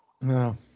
No